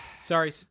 Sorry